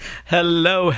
Hello